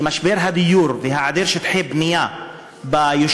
אמרה שמשבר הדיור והיעדר שטחי בנייה ביישובים